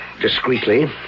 discreetly